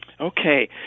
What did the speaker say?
Okay